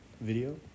video